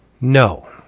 No